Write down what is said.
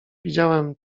widziałem